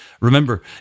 remember